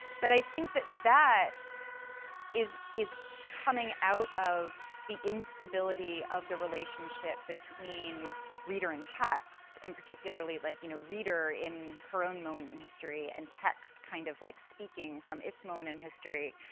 but i think that that is, is coming out of the instability of the relationship between reader and text, and particularly, like, you know, reader, in her own moment in history, and text, kind of like speaking from its moment in history,